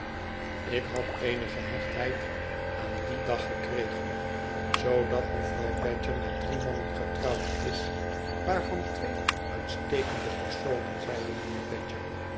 ik had eene gehechtheid aandien dag gekregen zoodat mevrouw badger met drie mannen getrouwd is waarvan twee uitstekende personen zeide mijnheer badger